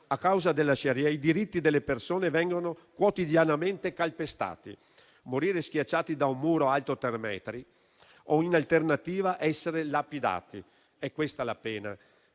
A causa della *sharia*, i diritti delle persone vengono quotidianamente calpestati. Morire schiacciati da un muro alto tre metri o, in alternativa, essere lapidati: è questa la pena